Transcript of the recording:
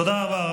תודה רבה.